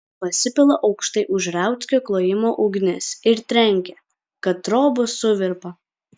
pasipila aukštai už rauckio klojimo ugnis ir trenkia kad trobos suvirpa